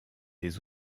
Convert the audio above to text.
des